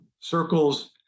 circles